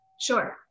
Sure